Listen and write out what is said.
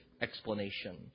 explanation